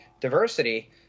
diversity